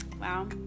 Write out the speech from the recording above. Wow